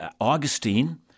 Augustine—